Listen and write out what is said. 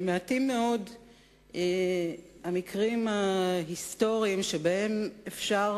מעטים מאוד המקרים ההיסטוריים שאפשר,